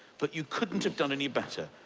but you couldn't have done any better.